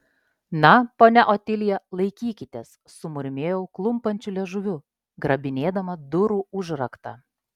na ponia otilija laikykitės sumurmėjau klumpančiu liežuviu grabinėdama durų užraktą